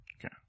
Okay